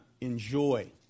enjoy